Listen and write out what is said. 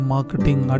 Marketing